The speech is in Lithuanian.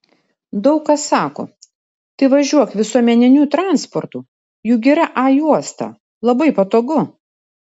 daug kas sako tai važiuok visuomeniniu transportu juk yra a juosta labai patogu